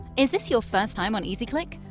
is this your first time on easyclick?